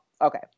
okay